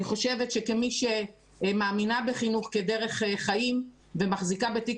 אני חושבת שכמי שמאמינה בחינוך כדרך חיים ומחזיקה בתיק